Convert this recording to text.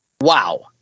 Wow